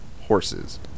Horses